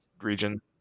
region